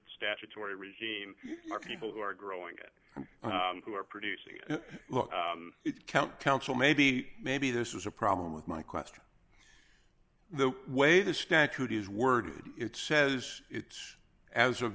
statutory regime mark people who are growing it and who are producing it count counsel maybe maybe this was a problem with my question the way the statute is worded it says it as of